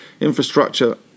infrastructure